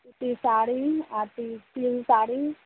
सूती साड़ी आ साड़ी